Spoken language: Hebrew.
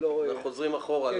חוזרים אחורה.